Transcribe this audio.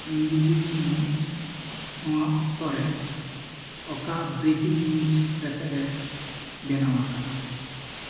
Hindi TV news ᱱᱚᱣᱟ ᱚᱠᱛᱚ ᱨᱮ ᱚᱠᱟ ᱵᱨᱮᱠᱤᱝ ᱱᱤᱭᱩᱡᱽ ᱨᱮᱛᱮᱜ ᱮ ᱵᱮᱱᱟᱣ ᱟᱠᱟᱫᱟ